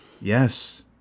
Yes